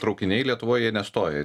traukiniai lietuvoj jie nestoja